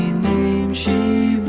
name she